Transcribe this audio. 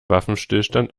waffenstillstand